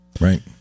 Right